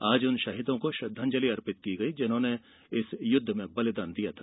आज उन शहीदों को श्रद्वांजलि अर्पित की गई जिन्होंने इस युद्व में बलिदान दिया था